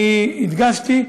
אני הדגשתי: